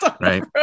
right